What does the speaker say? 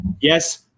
Yes